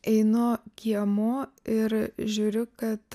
einu kiemu ir žiūriu kad